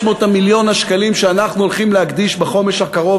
500 מיליון השקלים שאנחנו הולכים להקדיש בחומש הקרוב